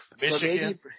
Michigan